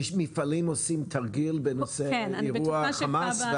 מפעלים עושים תרגיל בנושא אירוע חומ"ס?